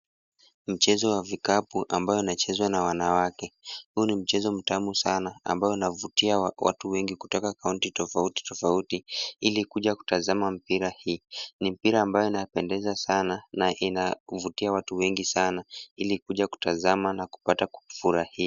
Mchezo wa vikapu ambao unachezwa na wanawake. Huu ni mchezo mtamu sana, ambao unavutia watu wengi kutoka kaunti tofauti tofauti, ili kuja kutazama mpira hii. Ni mpira ambao unapendeza sana na inavutia watu wengi sana ili kuja kutazama na kupata kufurahia.